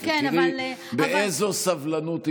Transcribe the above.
כן, כן, אבל, תראי באיזו סבלנות המתנו,